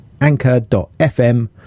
anchor.fm